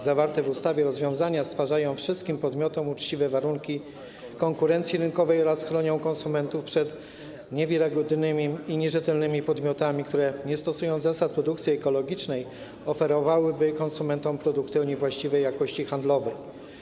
Zawarte w ustawie rozwiązania stwarzają wszystkim podmiotom uczciwe warunki konkurencji rynkowej oraz chronią konsumentów przed niewiarygodnymi i nierzetelnymi podmiotami, które nie stosując zasad produkcji ekologicznej, oferowałyby konsumentom produkty o niewłaściwej jakości handlowej.